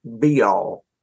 be-all